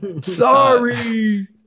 sorry